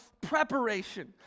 preparation